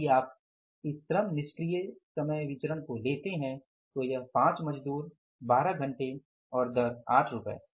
यदि आप इस श्रम निष्क्रिय समय विचरण को लेते हैं तो यह 5 मजदूर 12 घंटे और दर 8 रुपए था